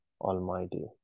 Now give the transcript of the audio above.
Almighty